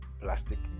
plastic